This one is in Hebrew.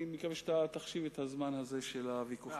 אני מקווה שאתה תחשיב את הזמן הזה של הוויכוחים.